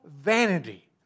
vanity